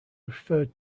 referred